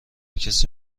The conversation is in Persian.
کسی